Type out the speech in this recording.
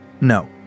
No